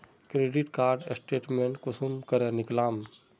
Credit card statement कुंसम करे निकलाम?